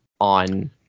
on